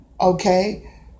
Okay